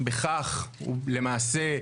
בכך למעשה,